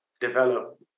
develop